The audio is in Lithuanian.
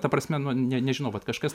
ta prasme nu ne nežinau vat kažkas